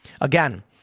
Again